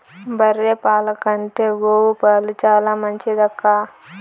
బర్రె పాల కంటే గోవు పాలు చాలా మంచిదక్కా